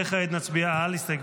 וכעת מצביעים על סעיף